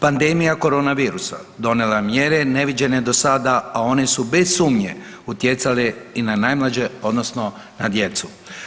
Pandemija koronavirusa donijela je mjere neviđene do sada, a one su bez sumnje utjecale i na najmlađe, odnosno na djecu.